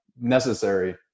necessary